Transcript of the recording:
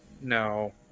No